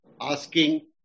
asking